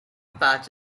patch